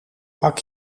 pak